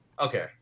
Okay